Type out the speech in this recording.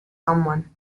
someone